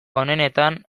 onenetan